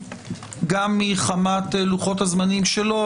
גם מחמת לוחות-הזמנים שלו,